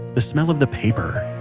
the smell of the paper,